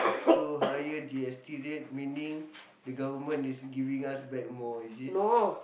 so higher G_S_T that meaning the Government is giving us back more is it